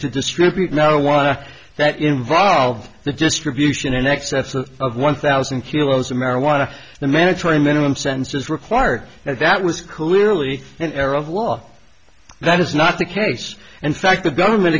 to distribute marijuana that involved the distribution in excess of one thousand kilos of marijuana the mandatory minimum sentences required and that was clearly an error of law that is not the case and fact the government